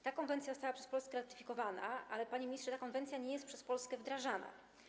Ta konwencja została przez Polskę ratyfikowana, panie ministrze, ale ta konwencja nie jest przez Polskę wdrażana.